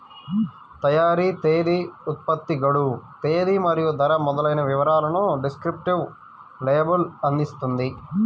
తయారీ తేదీ, ఉత్పత్తి గడువు తేదీ మరియు ధర మొదలైన వివరాలను డిస్క్రిప్టివ్ లేబుల్ అందిస్తుంది